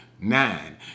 Nine